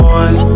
one